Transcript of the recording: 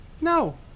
No